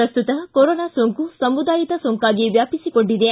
ಪ್ರಸ್ತುತ ಕೊರೋನಾ ಸೋಂಕು ಸಮುದಾಯದ ಸೋಂಕಾಗಿ ವ್ವಾಪಿಸಿಕೊಂಡಿದೆ